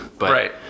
Right